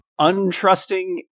Untrusting